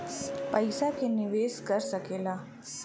पइसा के निवेस कर सकेला